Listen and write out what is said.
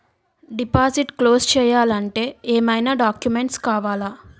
Deposit close చేయాలి అంటే ఏమైనా డాక్యుమెంట్స్ కావాలా?